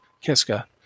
Kiska